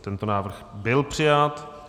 Tento návrh byl přijat.